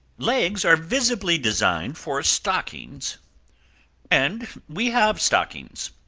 legs are visibly designed for stockings and we have stockings.